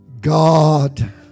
God